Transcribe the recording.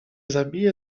zabije